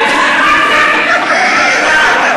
עם כל הכבוד.